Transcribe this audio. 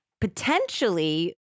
potentially